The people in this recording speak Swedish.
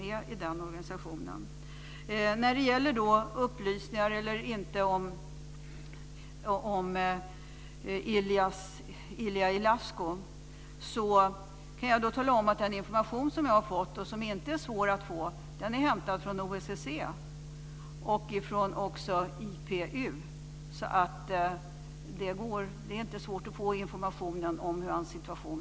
Den information som jag har fått om Ilie Ilascu är inte svår att få. Den är hämtad från OSSE och IPU. Det är inte svårt att få information om hans situation.